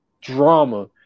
drama